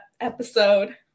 episode